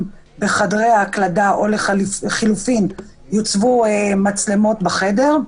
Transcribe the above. בחדרי ההקלדה או לחילופין יוצבו מצלמות בחדר,